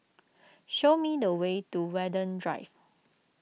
show me the way to Watten Drive